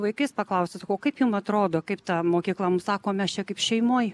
vaikais paklausti sakau o kaip jum atrodo kaip ta mokykla sako mes čia kaip šeimoj